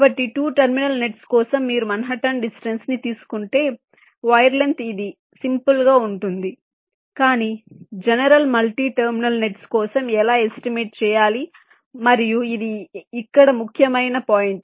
కాబట్టి 2 terminal nets కోసం మీరు మాన్హాటన్ డిస్టెన్స్ ని తీసుకుంటే వైర్ లెంగ్త్ ఇది సింపుల్ గా ఉంటుంది కానీ జనరల్ మల్టీ టెర్మినల్ నెట్స్ కోసం ఎలా ఎస్టిమేట్ చేయాలి మరియు ఇది ఇక్కడ ముఖ్యమైన పాయింట్